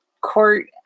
court